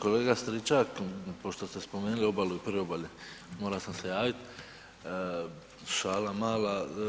Kolega Stričak, pošto ste spomenuli obali i priobalje, morao sam se javiti, šala mala.